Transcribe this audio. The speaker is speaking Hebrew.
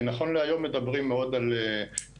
כי נכון להיום מדברים מאוד על עמדות